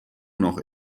noch